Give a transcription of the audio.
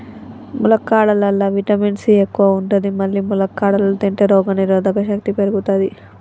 ములక్కాడలల్లా vitamin C ఎక్కువ ఉంటది మల్లి ములక్కాడలు తింటే రోగనిరోధక శక్తి పెరుగుతది